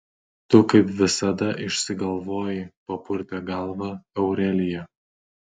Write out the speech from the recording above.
tu kaip visada išsigalvoji papurtė galvą aurelija